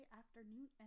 afternoon